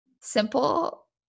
simple